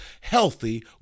healthy